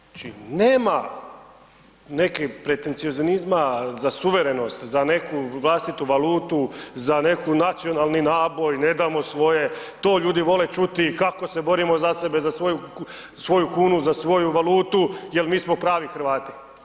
Znači nema neke pretencioznima za suverenost za neku vlastitu valutu, za neki nacionalni naboj, ne damo svoje, to ljudi vole čuti kako se borimo za sebe, za svoju kunu, za svoju valutu jer mi smo pravi Hrvati.